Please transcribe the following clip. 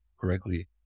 correctly